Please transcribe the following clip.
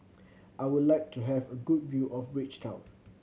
I would like to have a good view of Bridgetown